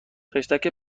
خشتک